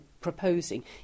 proposing